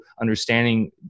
understanding